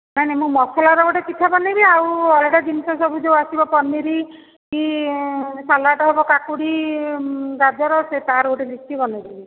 ନାଇଁ ନାଇଁ ମୁ ମସଲାର ଗୋଟେ ଚିଠା ବନେଇବି ଆଉ ଅଲଗା ଜିନିଷ ସବୁ ଯେଉଁ ଆସିବ ପନିର କି ସଲାଟ ହେବ କାକୁଡ଼ି ଗାଜର ସେ ତା'ର ଗୋଟେ ଲିଷ୍ଟ୍ ବନେଇଥିବି